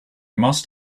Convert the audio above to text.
must